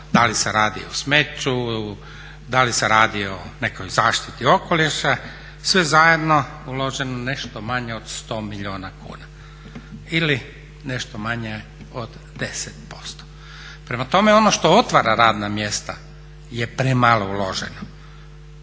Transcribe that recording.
da li se radi o smeću, da li se raditi o nekoj zaštiti okoliša, sve zajedno uloženo nešto manje od 100 milijuna kuna, ili nešto manje od 10%. Prema tome ono što otvara radna mjesta je premalo uloženo